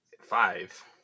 Five